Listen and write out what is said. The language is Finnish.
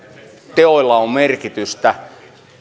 teoilla on merkitystä